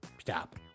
Stop